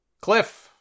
Cliff